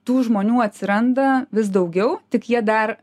tų žmonių atsiranda vis daugiau tik jie dar